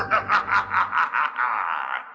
i